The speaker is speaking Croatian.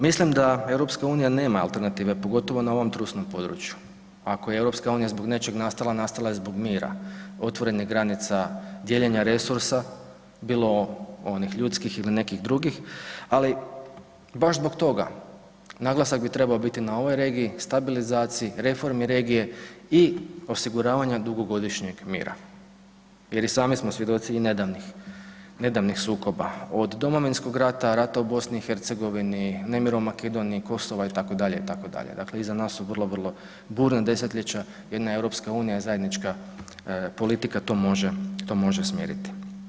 Mislim da EU nema alternative pogotovo na ovom trusnom području, ako je EU zbog nečeg nastala, nastala je zbog mira, otvorenih granica, dijeljenja resursa bilo onih ljudskih ili nekih drugih, ali baš zbog toga naglasak bi trebao biti na ovoj regiji, stabilizaciji, reformi regije i osiguravanja dugogodišnjeg mira jer i sami smo svjedoci i nedavnih, nedavnih sukoba od Domovinskog rata, rata u BiH, nemira u Makedoniji, Kosova itd., itd., dakle iza nas su vrlo, vrlo burna desetljeća jedna EU i zajednička politika to može, to može smiriti.